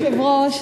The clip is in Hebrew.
אדוני היושב-ראש,